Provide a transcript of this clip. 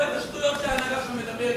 לא את השטויות שההנהגה שם מדברת.